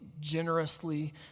generously